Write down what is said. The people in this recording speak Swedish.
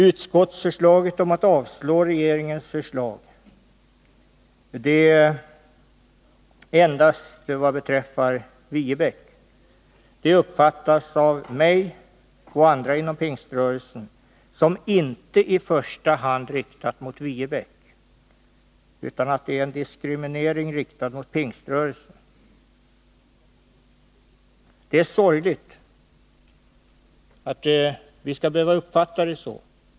Utskottsförslaget om att avslå regeringens förslag endast vad beträffar Viebäck uppfattas av mig och andra inom Pingströrelsen som inte i första hand riktat mot Viebäck utan som en diskriminering, riktad mot Pingströrelsen. Det är sorgligt att vi skall behöva uppfatta det så.